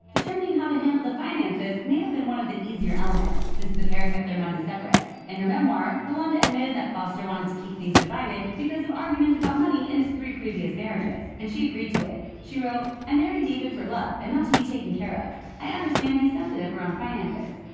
determining how to handle the finances might have been one of the easier elements, since the pair kept their money separate. in her memoir, yolanda admitted that foster wanted to keep things divided because of arguments about money in his three previous marriages, and she agreed to it. she wrote, i married david for love and not to be taken care of. i understand he's sensitive around finances.